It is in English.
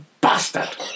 Bastard